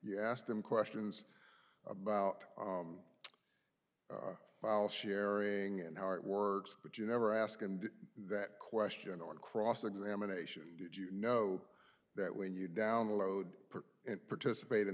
you asked him questions about file sharing and how it works but you never ask and that question or cross examination did you know that when you download and participate in